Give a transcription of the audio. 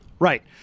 Right